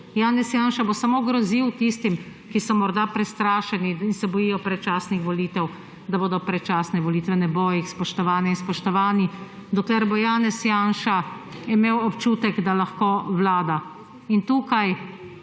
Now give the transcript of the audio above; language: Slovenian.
Janez Janša bo samo grozil tistim, ki so morda prestrašeni in se bojijo predčasnih volitev, da bodo predčasne volitve. Ne bo jih, spoštovane in spoštovani, dokler bo Janez Janša imel občutek, da lahko vlada. In tukaj,